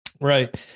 Right